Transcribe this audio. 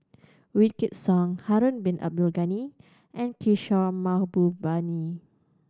Wykidd Song Harun Bin Abdul Ghani and Kishore Mahbubani